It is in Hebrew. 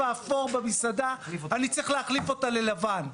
אפור אני צריך להחליף אותה לצבע לבן?